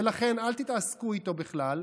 ולכן אל תתעסקו איתו בכלל,